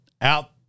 out